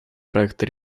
проекта